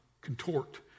contort